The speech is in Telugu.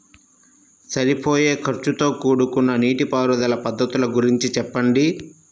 సరిపోయే ఖర్చుతో కూడుకున్న నీటిపారుదల పద్ధతుల గురించి చెప్పండి?